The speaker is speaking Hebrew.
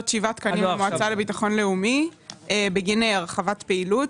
הפנייה מבקשת להקצות 7 תקנים למועצה לביטחון לאומי בגין הרחבת פעילות,